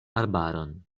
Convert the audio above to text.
arbaron